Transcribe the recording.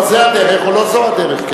לא זה הדרך או לא זו הדרך.